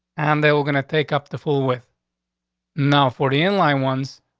and they were gonna take up the full with now forty in line ones,